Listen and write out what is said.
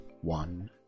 one